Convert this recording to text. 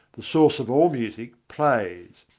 the source of all music, plays.